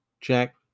Jack